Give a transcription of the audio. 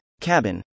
cabin